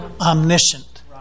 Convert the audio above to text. omniscient